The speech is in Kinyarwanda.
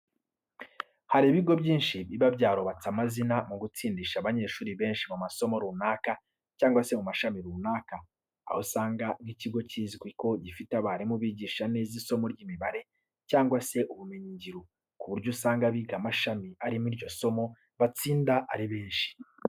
Hari ibigo byinshi biba byarubatse amazina mu gutsindisha abanyeshuri benshi mu masomo runaka cyangwa se mu mashami runaka. Aho usanga nk'ikigo kizwi ko gifite abarimu bigisha neza isomo ry'imibare cyangwa se ubumenyi ngiro, ku buryo usanga abiga amashami arimo iryo somo batsinda ari benshi.